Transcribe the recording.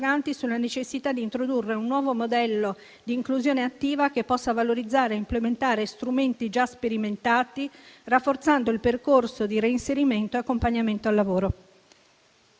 sulla necessità di introdurre un nuovo modello di inclusione attiva che possa valorizzare e implementare strumenti già sperimentati, rafforzando il percorso di reinserimento e accompagnamento al lavoro.